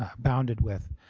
um bounded with.